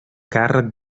càrrec